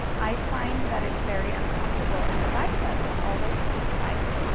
i find that it's very uncomfortable in the bicep, it's always too tight,